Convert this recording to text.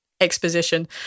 exposition